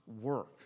work